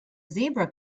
zebra